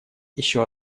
еще